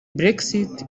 brexit